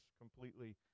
completely